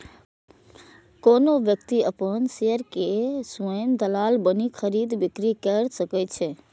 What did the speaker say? कोनो व्यक्ति अपन शेयर के स्वयं दलाल बनि खरीद, बिक्री कैर सकै छै